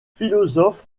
philosophe